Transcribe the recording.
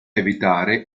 evitare